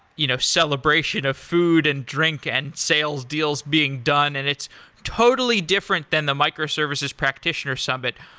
you know celebration of food, and drink, and sales, deals being done, and it's totally different than the microservices practitioner summit,